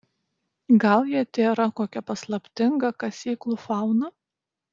gal jie tėra kokia paslaptinga kasyklų fauna